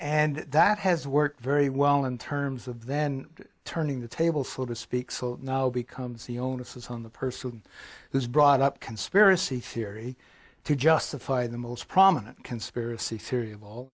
and that has worked very well in terms of then turning the table so to speak now becomes the onus is on the person who's brought up conspiracy theory to justify the most prominent conspiracy theory of all